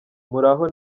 muraho